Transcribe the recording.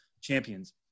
champions